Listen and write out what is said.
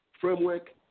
framework